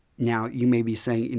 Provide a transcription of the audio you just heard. now, you may be saying,